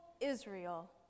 Israel